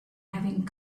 having